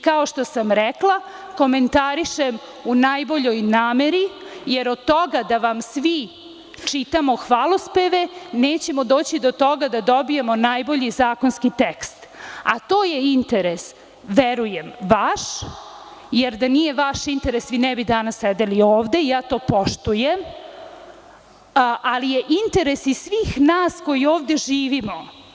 Kao što sam rekla, komentarišem u najboljoj nameri, jer od toga da vam svi čitamo hvalospeve nećemo doći do toga da dobijemo najbolji zakonski tekst, a to je, verujem, vaš interes, jer da nije vaš interes, vi ne bi danas sedeli ovde i ja to poštujem, ali je interes i svih nas koji ovde živimo.